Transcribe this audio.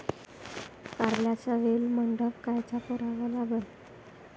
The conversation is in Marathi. कारल्याचा वेल मंडप कायचा करावा लागन?